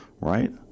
right